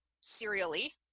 serially